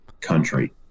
country